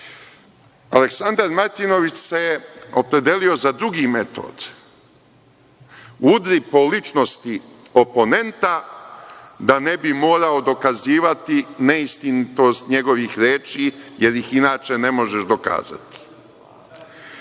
Aleksandar Martinović se opredelio za drugi metod, udri po ličnosti oponenta, da ne bi morao dokazivati neistinitost njegovih reči, jer ih inače ne možeš